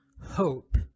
hope